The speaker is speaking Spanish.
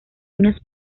unas